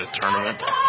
tournament